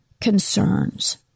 concerns